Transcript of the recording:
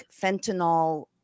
fentanyl